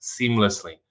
seamlessly